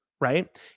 right